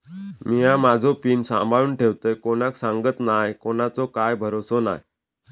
मिया माझो पिन सांभाळुन ठेवतय कोणाक सांगत नाय कोणाचो काय भरवसो नाय